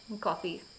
coffee